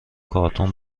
کارتون